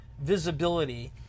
visibility